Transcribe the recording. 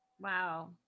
wow